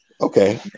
Okay